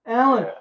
alan